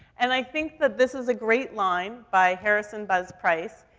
and i think that this is a great line by harrison buzz price,